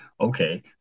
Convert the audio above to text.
okay